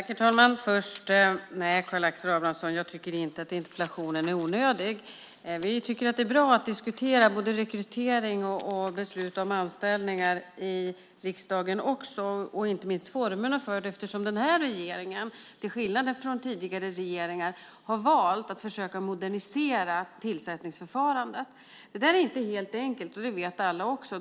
Herr talman! Nej, Karl Gustav Abramsson, jag tycker inte att interpellationen är onödig. Vi tycker att det är bra att diskutera både rekrytering och beslut om anställningar i riksdagen också, inte minst formerna för det. Den här regeringen har, till skillnad från tidigare regeringar, valt att försöka modernisera tillsättningsförfarandet. Det är inte helt enkelt, och det vet alla.